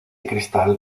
cristal